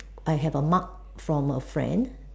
I have a mug from a friend